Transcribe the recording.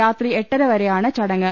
രാത്രി എട്ടര വരെയാണ് ചടങ്ങ്